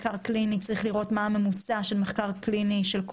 בהתחשב בעובדה שהעלויות של אותם מחקרים הם של מיליוני שקלים,